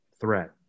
threat